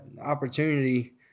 opportunity